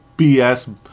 BS